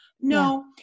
No